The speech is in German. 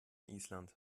island